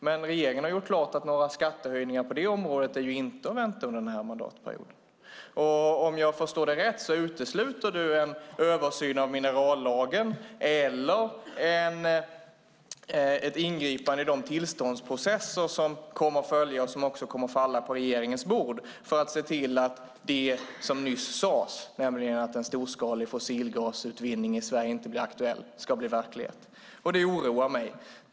Men regeringen har gjort klart att några skattehöjningar på det området inte är att vänta under mandatperioden. Om jag förstår dig rätt utesluter du en översyn av minerallagen eller ett ingripande i de tillståndsprocesser som kommer att följa och också falla på regeringens bord för att se till att det som nyss sades ska blir verklighet, nämligen att se till att en storskalig fossilgasutvinning i Sverige inte ska blir aktuell. Det oroar mig.